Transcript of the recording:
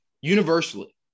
universally